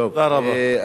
תודה רבה.